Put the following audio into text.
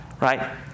right